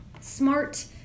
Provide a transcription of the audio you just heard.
smart